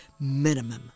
minimum